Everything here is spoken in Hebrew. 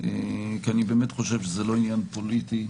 כי אני באמת חושב שזה לא עניין פוליטי,